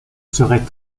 serait